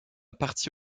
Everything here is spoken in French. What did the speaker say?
partie